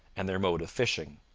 and their mode of fishing.